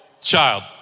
child